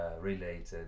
Related